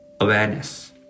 awareness